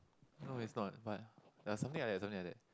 no is not but ya something like that something like that